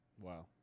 Wow